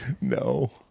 No